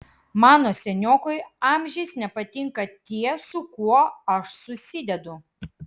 mano seniokui amžiais nepatinka tie su kuo aš susidedu